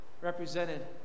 represented